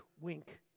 wink